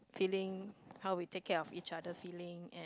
feeling how we take care of each other feeling and